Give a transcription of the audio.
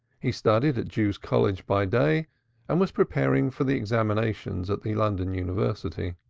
he studied at jews' college by day and was preparing for the examinations at the london university.